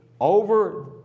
over